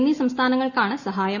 എന്നീ സംസ്ഥാനങ്ങൾക്കാണ് സഹായം